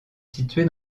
située